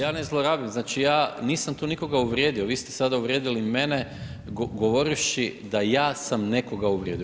Ja ne zlorabim, znači, ja nisam tu nikoga uvrijedio, vi ste sada uvrijedili mene govorivši da ja sam nekoga uvrijedio.